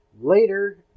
later